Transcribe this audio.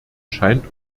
scheint